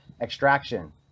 Extraction